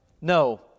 No